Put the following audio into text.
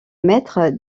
mètre